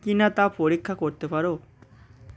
কি না তা পরীক্ষা করতে পারো